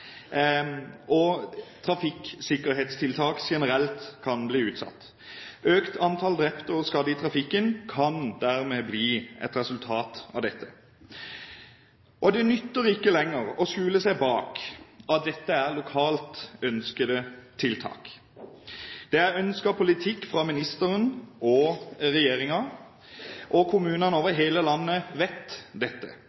og trafikksikkerhetstiltak generelt kan bli utsatt. Økt antall drepte og skadde i trafikken kan dermed bli et resultat av det. Det nytter ikke lenger å skjule seg bak at dette er lokalt ønskede tiltak. Det er ønsket politikk fra ministeren og regjeringen, og kommunene